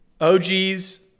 OGs